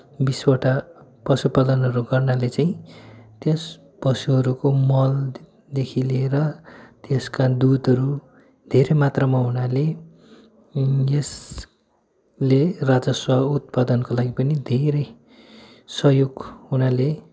बिसवटा पशु पालनहरू गर्नाले चाहिँ त्यस पशुहरूको मलदेखि लिएर त्यसका दुधहरू धेरै मात्रामा हुनाले यसले राजस्व उत्पादनको लागि पनि धेरै सहयोग हुनाले